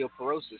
osteoporosis